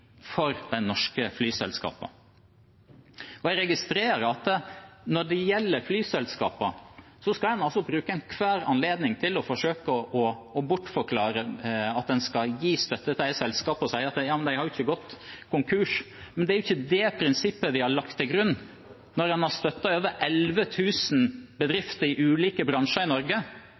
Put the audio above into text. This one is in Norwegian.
for de norske flyselskapene. Jeg registrerer at når det gjelder flyselskapene, skal en bruke enhver anledning til å forsøke å bortforklare at en skal gi støtte til selskapene, ved å si at de har jo ikke gått konkurs. Men det er ikke det prinsippet vi har lagt til grunn når vi har støttet over 11 000 bedrifter i ulike bransjer i Norge.